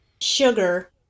sugar